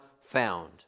found